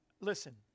Listen